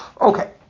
Okay